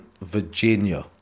Virginia